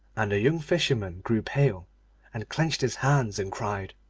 and the young fisherman grew pale and clenched his hands and cried,